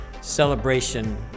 celebration